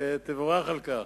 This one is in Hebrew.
תבורך על כך.